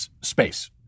space